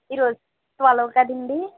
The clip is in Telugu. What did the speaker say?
ఈ రోజు ట్వెల్వ్ కదండీ